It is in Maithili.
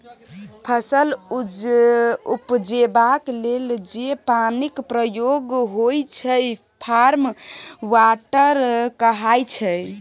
फसल उपजेबाक लेल जे पानिक प्रयोग होइ छै फार्म वाटर कहाइ छै